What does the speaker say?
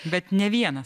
bet ne vienas